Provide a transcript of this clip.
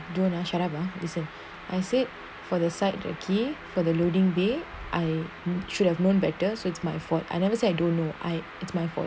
no no no no no don't ah shut up ah what I said for the site the key for the loading bay I should have known better so it's my fault I never say I don't know I it's my fault